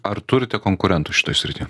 ar turite konkurentų šitoj srity